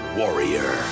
warrior